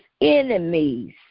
enemies